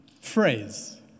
phrase